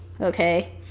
okay